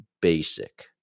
basic